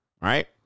Right